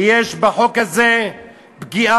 ויש בחוק הזה פגיעה,